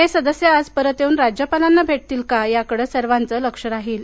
हे सदस्य आज परत येऊन राज्यपालांना भेटतील का याकडे सर्वाचं लक्ष राहील